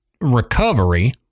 recovery